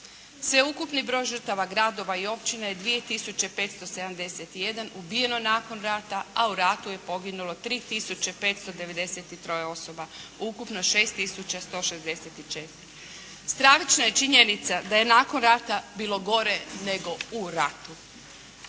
Sve ukupni broj žrtava gradova i općina je 2571 ubijeno nakon rata, a u ratu je poginulo 3593 osoba. Ukupno 6164. Stravična je činjenica da je nakon rata bilo gore nego u ratu.